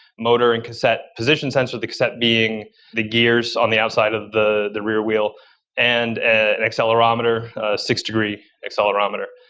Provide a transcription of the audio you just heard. motor and cassette, position sensors. the cassette being the gears on the outside of the the rear wheel and an accelerometer, a six degree accelerometer.